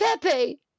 Pepe